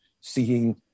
seeing